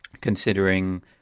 considering